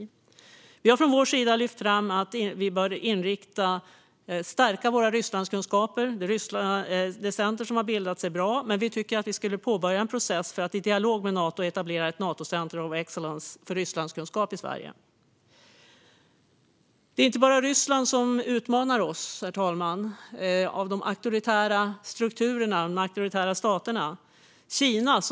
Från Centerpartiets sida har vi lyft fram att vi bör stärka våra Rysslandskunskaper. Det center som har bildats är bra, men vi tycker att vi borde påbörja en process för att i dialog med Nato inrätta ett Nato Centre of Excellence för Rysslandskunskap i Sverige. Herr talman! Bland de auktoritära strukturerna och staterna är det inte bara Ryssland som utmanar oss.